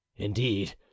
Indeed